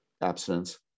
abstinence